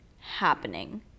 happening